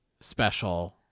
special